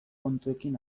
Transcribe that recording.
kontuekin